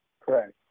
Correct